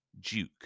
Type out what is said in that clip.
duke